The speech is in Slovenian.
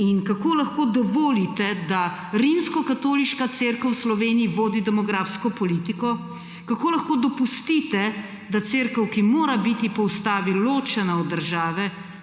Kako lahko dovolite, da Rimskokatoliška cerkev v Sloveniji vodi demografsko politiko? Kako lahko dopustite, da Cerkev, ki mora biti po Ustavi ločena od države,